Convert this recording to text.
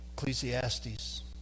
Ecclesiastes